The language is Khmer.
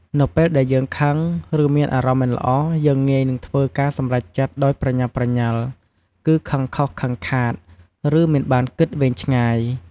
នៅពេលដែលយើងខឹង ឬមានអារម្មណ៍មិនល្អ យើងងាយនឹងធ្វើការសម្រេចចិត្តដោយប្រញាប់ប្រញាល់ គឹខឹងខុស ខឹងខាត ឬមិនបានគិតវែងឆ្ងាយ ។